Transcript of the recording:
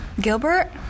Gilbert